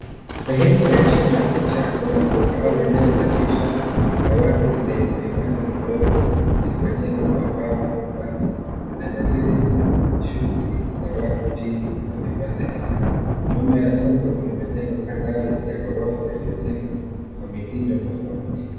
Sehemu ya chini ya picha kuna soko au eneo la biashara la wazi lenye vibanda vidogo vilivyojengwa kwa mbao na mabati, na dalili na shughuli za watu chini ya vibanda hivyo. Nyuma ya soko kuna majengo kadhaa ya ghorofa yaliyojengwa kwa mitindo tofauti.